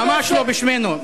ממש לא בשמנו,